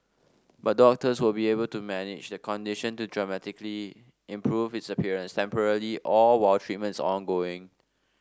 but doctors will be able to manage the condition to dramatically improve its appearance temporarily or while treatment is ongoing